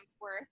worth